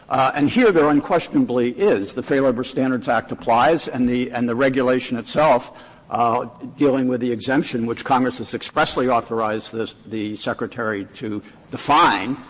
and here there unquestionably is. the fair labor standards act applies and the and the regulation itself dealing with the exemption, which congress has expressly authorized the secretary to define,